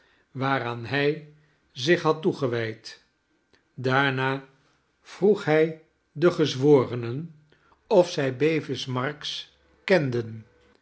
waaraan hij zich had toegewijd daarna vroeg hij de gezworenen of zij bevismarks kenden